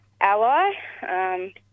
ally